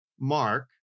Mark